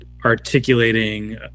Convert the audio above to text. articulating